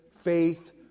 faith